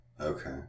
Okay